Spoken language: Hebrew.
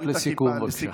משפט סיכום, בבקשה.